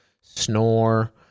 snore